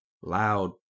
loud